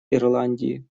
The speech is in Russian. ирландии